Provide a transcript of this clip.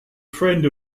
friend